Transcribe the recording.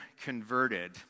converted